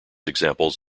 examples